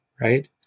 right